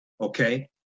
Okay